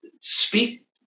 speak